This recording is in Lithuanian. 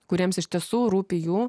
kuriems iš tiesų rūpi jų